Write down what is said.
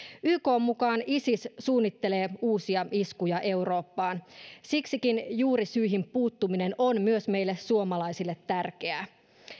ykn mukaan isis suunnittelee uusia iskuja eurooppaan siksikin juurisyihin puuttuminen on myös meille suomalaisille tärkeää